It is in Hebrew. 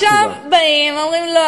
עכשיו באים ואומרים: לא,